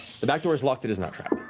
the back door is locked, it is not trapped.